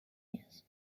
years